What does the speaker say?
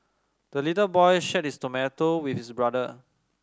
the little boy shared his tomato with his brother